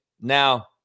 Now